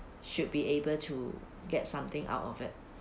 should be able to get something out of it